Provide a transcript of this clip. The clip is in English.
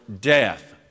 death